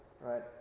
right